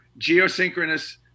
geosynchronous